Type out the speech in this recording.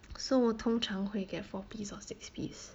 so 我通常会 get four piece or six piece